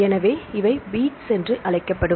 எனவே இவை பீட்ஸ் என்று அழைக்கப்படும்